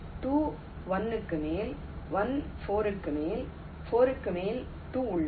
2 1 க்கு மேல் 1 4 க்கு மேல் 4 க்கு மேல் 2 உள்ளது